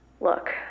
Look